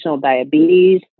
diabetes